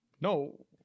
No